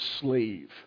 slave